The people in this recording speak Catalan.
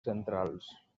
centrals